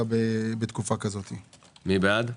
מי בעד?